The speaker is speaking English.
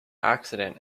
accident